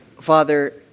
Father